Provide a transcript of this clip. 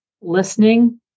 listening